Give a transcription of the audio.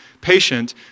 patient